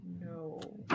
No